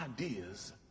ideas